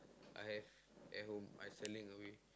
I have at home I selling away